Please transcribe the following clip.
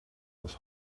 aus